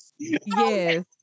Yes